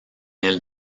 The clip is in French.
île